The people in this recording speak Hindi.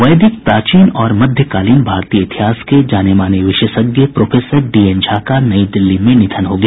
वैदिक प्राचीन और मध्यकालीन भारतीय इतिहास के जाने माने विशेषज्ञ प्रोफेसर डी एन झा का नई दिल्ली में निधन हो गया